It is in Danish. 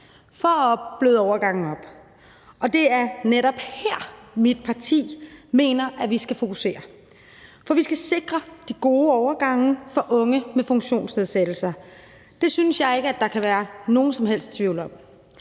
for at bløde overgangen op, og det er netop her, mit parti mener vi skal fokusere. For vi skal sikre de gode overgange for unge med funktionsnedsættelser. Det synes jeg ikke der kan være nogen som helst tvivl om.